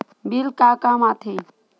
Bill का काम आ थे?